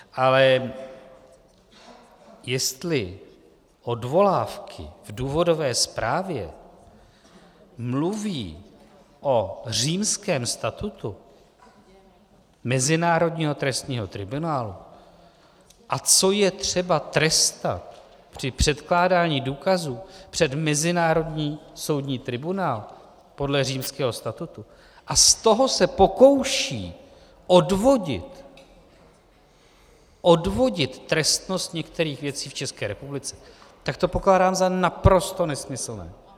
Ale jestli odvolávky v důvodové zprávě mluví o Římském statutu Mezinárodního trestního tribunálu, a co je třeba trestat při předkládání důkazů před Mezinárodní soudní tribunál podle Římského statutu, a z toho se pokouší odvodit trestnost některých věcí v České republice, tak to pokládám za naprosto nesmyslné.